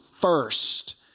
first